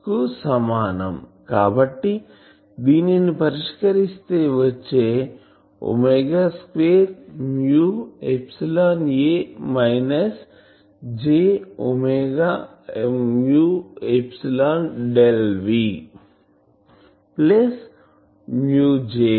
a del square aకు సమానం కాబట్టి దీనిని పరిష్కారిస్తే వచ్చేది 2 A minus j del V j